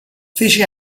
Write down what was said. fece